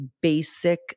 basic